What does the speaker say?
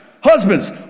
Husbands